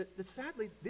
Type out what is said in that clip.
Sadly